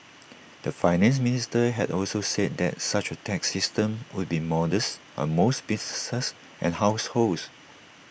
the Finance Minister had also said that such A tax system would be modest on most businesses and households